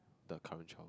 the current child